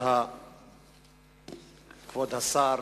כבוד השר,